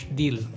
deal